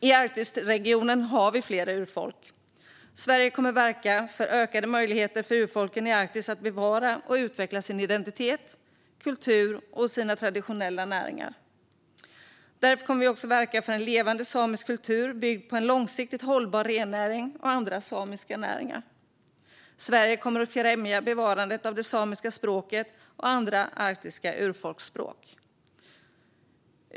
I Arktisregionen finns flera urfolk. Sverige kommer att verka för ökade möjligheter för urfolken i Arktis att bevara och utveckla sin identitet, kultur och traditionella näringar. Därför kommer vi också att verka för en levande samisk kultur byggd på en långsiktigt hållbar rennäring och andra samiska näringar. Sverige kommer att främja bevarandet av det samiska språket och andra arktiska urfolksspråk.